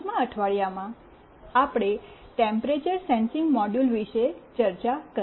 5માં અઠવાડિયામાં આપણે temperature sensing module વિશે ચર્ચા કરી